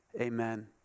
Amen